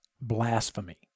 blasphemy